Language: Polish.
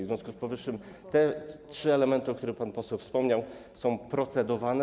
W związku z powyższym te trzy elementy, o których pan poseł wspomniał, są procedowane.